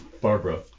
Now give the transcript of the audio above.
Barbara